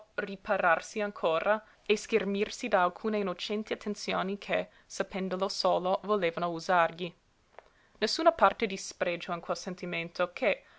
ripararsi ancora e schermirsi da alcune innocenti attenzioni che sapendolo solo volevano usargli nessuna punta di spregio in quel sentimento ché